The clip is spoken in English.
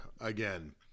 again